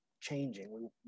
changing